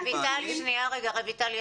רויטל,